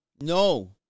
No